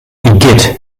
igitt